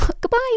Goodbye